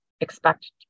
expect